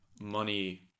money